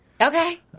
Okay